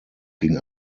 ging